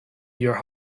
your